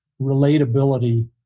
relatability